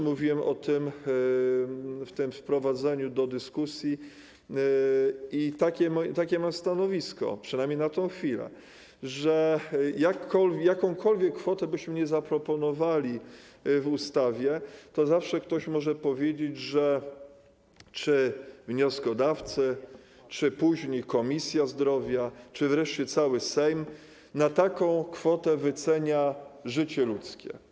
Mówiłem też o tym w tym wprowadzeniu do dyskusji i takie mam stanowisko, przynajmniej na tę chwilę, że jakąkolwiek kwotę byśmy zaproponowali w ustawie, to zawsze ktoś może powiedzieć, czy wnioskodawcy, czy później Komisja Zdrowia, czy wreszcie cały Sejm, że na taką kwotę wycenia się życie ludzkie.